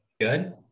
Good